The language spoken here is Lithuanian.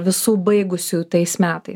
visų baigusiųjų tais metais